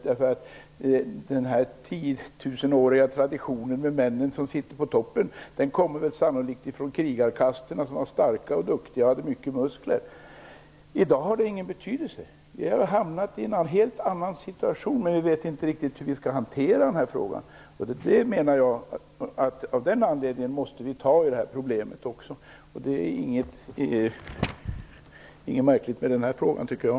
Den tiotusenåriga traditionen med männen som sitter på toppen härrör sannolikt från krigarkasten som var starka och duktiga och som hade mycket muskler. I dag har det ingen betydelse. Vi har en helt annan situation, och vi vet inte riktigt hur vi skall hantera den här frågan. Av den anledningen måste vi ta itu med också detta problem. Det är inget märkligt med det, tycker jag.